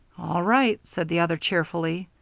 all right, said the other, cheerfully.